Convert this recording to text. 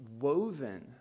woven